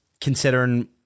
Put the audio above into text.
considering